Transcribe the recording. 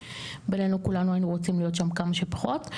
שבנינו כולנו היינו רוצים להיות שם כמה שפחות.